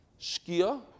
Shkia